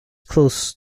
close